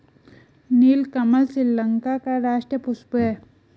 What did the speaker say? नीलकमल श्रीलंका का राष्ट्रीय पुष्प है